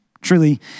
truly